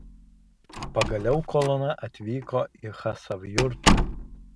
pagaliau kolona atvyko į chasavjurtą